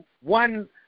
One